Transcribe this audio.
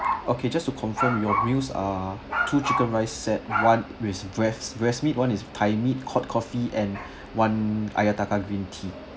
okay just to confirm your meals are two chicken rice set one with breast breast meat one is thigh meat hot coffee and one ayataka green tea